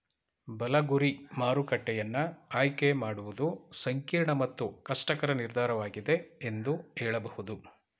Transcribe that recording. ಬಲ ಗುರಿ ಮಾರುಕಟ್ಟೆಯನ್ನ ಆಯ್ಕೆ ಮಾಡುವುದು ಸಂಕೀರ್ಣ ಮತ್ತು ಕಷ್ಟಕರ ನಿರ್ಧಾರವಾಗಿದೆ ಎಂದು ಹೇಳಬಹುದು